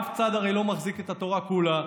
אף צד הרי לא מחזיק את התורה כולה,